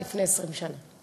לפני 20 שנה.